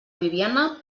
bibiana